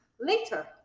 later